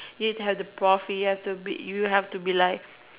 you have to the profit to be you have to be like